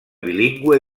bilingüe